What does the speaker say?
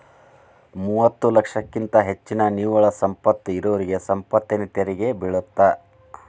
ಮೂವತ್ತ ಲಕ್ಷಕ್ಕಿಂತ ಹೆಚ್ಚಿನ ನಿವ್ವಳ ಸಂಪತ್ತ ಇರೋರಿಗಿ ಸಂಪತ್ತಿನ ತೆರಿಗಿ ಬೇಳತ್ತ